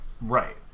Right